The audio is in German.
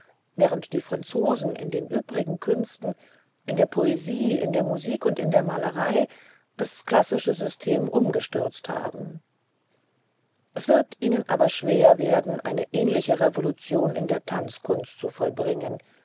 während die franzosen in den übrigen künsten in der poesie in der musik und in der malerei das klassische system umgestürzt haben es wird ihnen aber schwer werden eine ähnliche revolution in der tanzkunst zu vollbringen